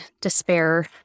despair